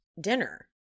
dinner